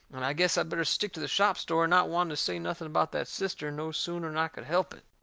and i guessed i'd better stick to the shop story, not wanting to say nothing about that cistern no sooner'n i could help it.